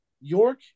York